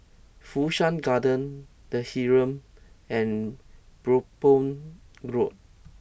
Fu Shan Garden The Heeren and Brompton Road